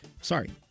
Sorry